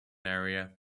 area